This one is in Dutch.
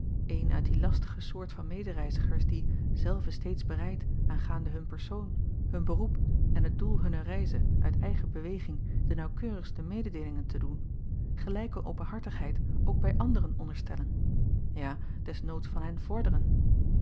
een uit die lastige soort van medereizigers die zelve steeds bereid aangaande hun persoon hun beroep en het doel hunner reize uit eigen beweging de naauwkeurigste mededeelingen te doen gelijke openhartigheid ook bij anderen onderstellen ja des noods van hen vorderen